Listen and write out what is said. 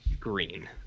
green